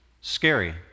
scary